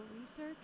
research